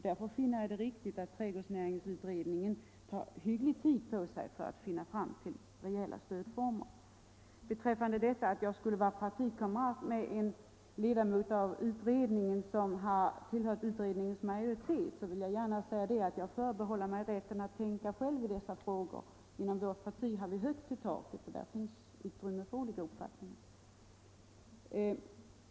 Därför finner jag det riktigt att trädgårdsnäringsutredningen tar hygglig tid på sig för att hitta rejäla stödformer. I vad gäller det förhållandet att jag är partikamrat med en ledamot av utredningen som har tillhört utredningens majoritet vill jag gärna säga att jag förbehåller mig rätten att tänka själv i dessa frågor. Inom vårt parti har vi högt i tak, och där finns utrymme för olika uppfattningar.